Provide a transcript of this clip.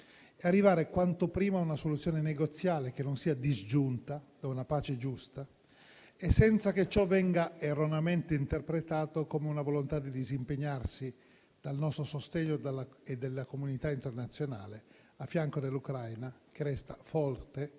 arrivare quanto prima a una soluzione negoziale che non sia disgiunta da una pace giusta e senza che ciò venga erroneamente interpretato come una volontà di disimpegnarsi dal nostro sostegno e da quello della comunità internazionale a fianco dell'Ucraina, che resta forte,